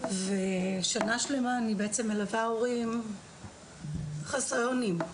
ושנה שלמה אני בעצם מלווה הורים חסרי אונים.